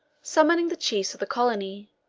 summoning the chiefs of the colony,